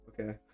okay